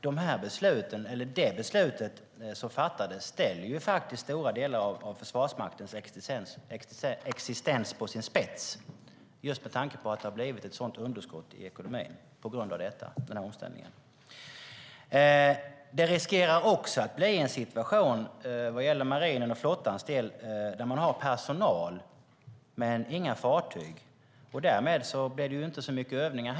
Det beslut som då fattades ställer stora delar av Försvarsmaktens existens på sin spets med tanke på att det blivit ett sådant underskott i ekonomin på grund av omställningen. Det riskerar också att bli en situation vad gäller marinen och flottan där man har personal men inga fartyg. Därmed blir det heller inte så mycket övningar.